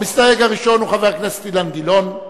המסתייג הראשון הוא חבר הכנסת אילן גילאון,